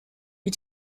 wie